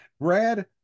Brad